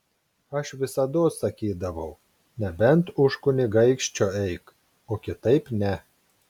aš visados sakydavau nebent už kunigaikščio eik o kitaip ne